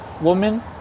woman